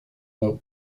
note